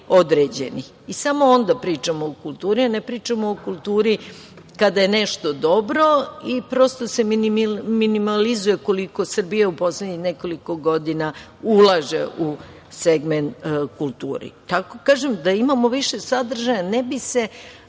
i samo onda pričamo o kulturi, a ne pričamo o kulturi kada je nešto dobro. Prosto se minimalizuje koliko Srbija u poslednjih nekoliko godina ulaže u segment kulture. Tako kažem, da imamo više sadržaja